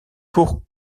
pour